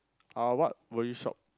uh what will you shop